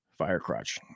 Firecrotch